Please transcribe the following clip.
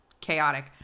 chaotic